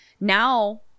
now